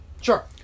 sure